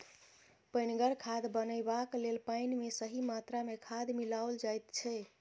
पनिगर खाद बनयबाक लेल पाइन मे सही मात्रा मे खाद मिलाओल जाइत छै